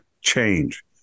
change